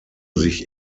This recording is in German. sich